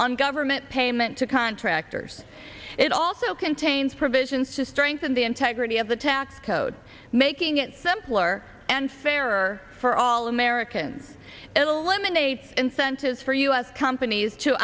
on government payment to contractors it also contains provisions to strengthen the integrity of the tax code making it simpler and fairer for all americans eliminates incentives for u s companies to